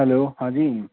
hello हाँ जी